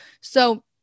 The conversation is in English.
So-